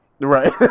Right